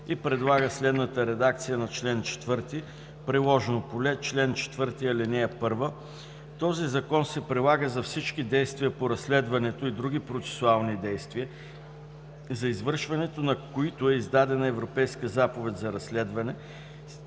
и предлага следната редакция на чл. 4: „Приложно поле Чл. 4. (1) Този закон се прилага за всички действия по разследването и други процесуални действия, за извършването на които е издадена Европейска заповед за разследване,